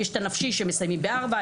יש את הנפשי שהם מסיימים ב-16:00.